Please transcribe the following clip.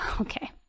Okay